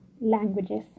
languages